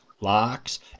locks